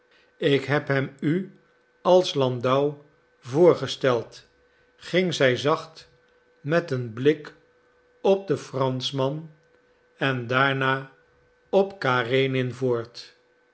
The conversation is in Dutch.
ik heb u hem als landau voorgesteld ging zij zacht met een blik op den franschman en daarna op karenin voort